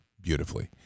beautifully